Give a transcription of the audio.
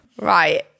Right